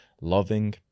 loving